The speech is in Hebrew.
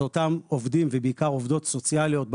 זה אותם עובדים ובעיקר עובדות סוציאליות,